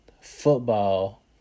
football